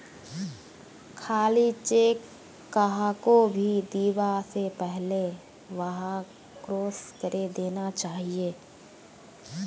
खाली चेक कहाको भी दीबा स पहले वहाक क्रॉस करे देना चाहिए